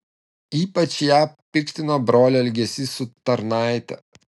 ypač ją piktino brolio elgesys su tarnaite